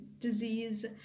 disease